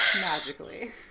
Magically